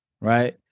right